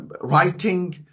writing